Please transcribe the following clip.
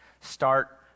start